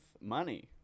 money